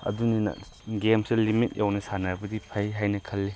ꯑꯗꯨꯅꯤꯅ ꯒꯦꯝꯁꯦ ꯂꯤꯃꯤꯠ ꯌꯧꯅ ꯁꯥꯟꯅꯕꯗꯤ ꯐꯩ ꯍꯥꯏꯅ ꯈꯜꯂꯤ